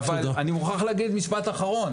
פיזיקה שמקדמים אותנו הלאה לכאורה,